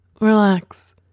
Relax